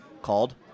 called